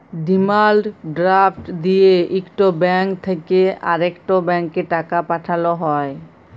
demand draft দিঁয়ে ইকট bank থ্যাইকে আরেকট ব্যাংকে টাকা পাঠাল হ্যয়